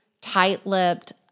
tight-lipped